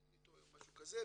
אם אינני טועה או משהו כזה,